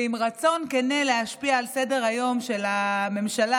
ועם רצון כן להשפיע על סדר-היום של הממשלה,